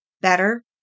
better